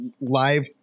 live